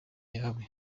yawe